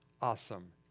awesome